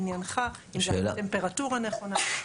לעניינך, טמפרטורה נכונה.